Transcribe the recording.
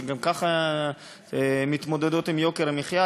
שגם ככה מתמודדות עם יוקר המחיה,